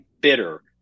bitter